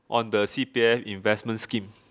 on the C_P_F investment scheme